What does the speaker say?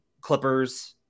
Clippers